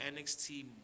NXT